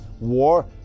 war